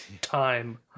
Time